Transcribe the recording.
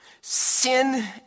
sin